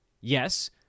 yes